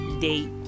date